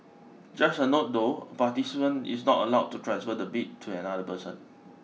just a note though a participant is not allowed to transfer the bib to another person